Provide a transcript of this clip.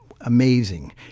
amazing